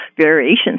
variations